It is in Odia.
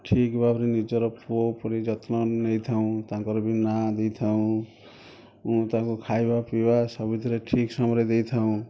ଠିକ୍ ଭାବରେ ନିଜର ପୁଅ ପରି ଯତ୍ନ ନେଇଥାଉ ତାଙ୍କର ବି ନାଁ ଦେଇଥାଉ ତାଙ୍କର ଖାଇବା ପିଇବା ସବୁଥିରେ ଠିକ୍ ସମୟରେ ଦେଇଥାଉ